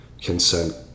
consent